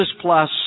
plus